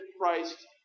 Christ